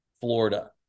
Florida